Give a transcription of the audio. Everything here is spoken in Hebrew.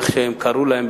כמו שחלק קראו להם,